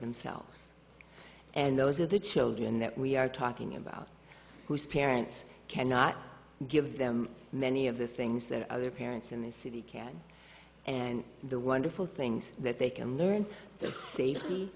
themselves and those are the children that we are talking about whose parents cannot give them many of the things that other parents in this city can and the wonderful things that they can learn the safety